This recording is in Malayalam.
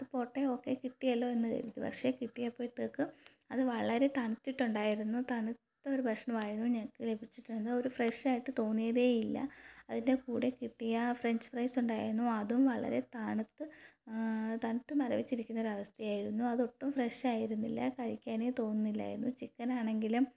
അതുപോട്ടെ ഓക്കെ കിട്ടിയല്ലോ എന്ന് കരുതി പക്ഷേ കിട്ടിയപ്പോഴത്തേക്കും അത് വളരെ തണുത്തിട്ടുണ്ടായിരുന്നു തണുത്തൊരു ഭക്ഷണമായിരുന്നു ഞങ്ങൾക്ക് ലഭിച്ചിരുന്നത് ഒരു ഫ്രഷായിട്ട് തോന്നിയതേയില്ല അതിൻ്റെ കൂടെ കിട്ടിയ ഫ്രഞ്ച് ഫ്രൈസ് ഉണ്ടായിരുന്നു അതും വളരെ തണുത്ത് തണുത്ത് മരവിച്ചിരിക്കുന്ന ഒരവസ്ഥയായിരുന്നു അതൊട്ടും ഫ്രഷായിരുന്നില്ല കഴിക്കാനേ തോന്നുന്നില്ലായിരുന്നു ചിക്കനാണെങ്കിലും